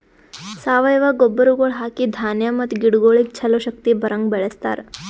ಸಾವಯವ ಗೊಬ್ಬರಗೊಳ್ ಹಾಕಿ ಧಾನ್ಯ ಮತ್ತ ಗಿಡಗೊಳಿಗ್ ಛಲೋ ಶಕ್ತಿ ಬರಂಗ್ ಬೆಳಿಸ್ತಾರ್